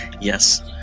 Yes